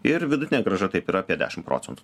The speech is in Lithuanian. ir vidutinė grąža taip yra apie dešimt procentų